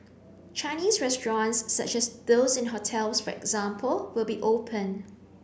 Chinese restaurants such as those in hotels for example will be open